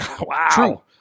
Wow